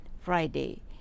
friday